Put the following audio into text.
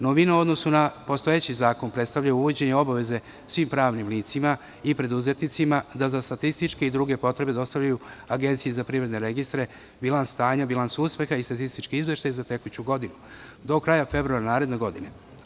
Novina, u odnosu na postojeći zakon, predstavlja uvođenje obaveze svim pravnim licima i preduzetnicima da za statističke i druge potrebe dostavljaju Agenciji za privredne registre bilans stanja, bilans uspeha i statističke izveštaje za tekuću godinu, do kraja februara naredne godine.